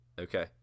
Okay